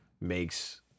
makes